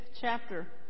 chapter